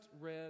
read